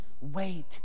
wait